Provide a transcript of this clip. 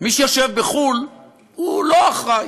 מי שיושב בחו"ל הוא לא אחראי,